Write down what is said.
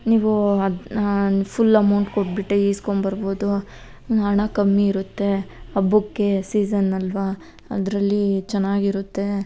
ನೀವು ಅದು full amount ಕೊಟ್ಬಿಟ್ಟು ಇಸ್ಕೊಂಬರ್ಬೋದು ಹಣ ಕಮ್ಮಿ ಇರುತ್ತೆ ಹಬ್ಬಕ್ಕೆ ಸೀಸನ್ ಅಲ್ವಾ ಅದರಲ್ಲಿ ಚೆನ್ನಾಗಿರುತ್ತೆ